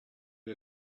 you